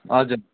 हजुर